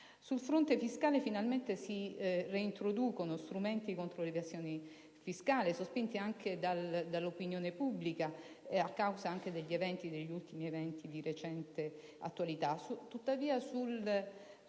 Sul fronte fiscale, finalmente si reintroducono strumenti contro l'evasione, sospinti anche dall'opinione pubblica, a causa anche degli eventi di recente attualità.